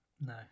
No